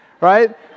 Right